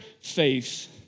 faith